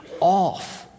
off